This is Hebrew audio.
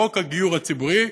חוק הגיור הציבורי,